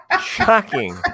Shocking